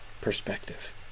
perspective